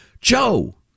Joe